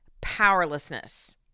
powerlessness